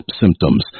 symptoms